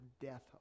death